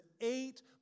eight